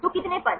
तो कितने पद